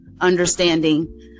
understanding